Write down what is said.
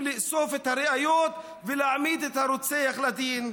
לאסוף את הראיות ולהעמיד את הרוצח לדין?